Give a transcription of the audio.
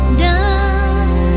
done